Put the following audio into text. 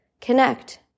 Connect